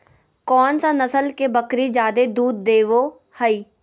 कौन सा नस्ल के बकरी जादे दूध देबो हइ?